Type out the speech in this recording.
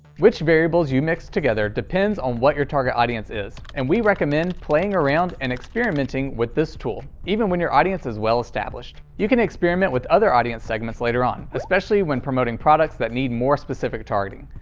which variables you mix together depends on what your target audience is and we recommend playing around and experimenting with this tool even when your audience is well established. you can experiment with other audience segments later on, especially when promoting products that need more specific targeting.